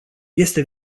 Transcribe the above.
este